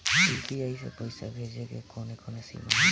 UPI से पईसा भेजल के कौनो सीमा होला?